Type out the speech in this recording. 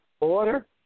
order